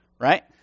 Right